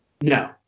No